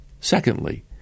Secondly